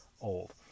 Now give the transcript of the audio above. old